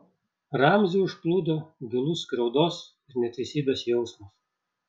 ramzį užplūdo gilus skriaudos ir neteisybės jausmas